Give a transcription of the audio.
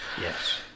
Yes